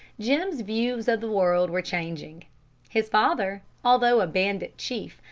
jim's views of the world were changing his father, although a bandit chief,